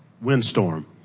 windstorm